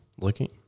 looking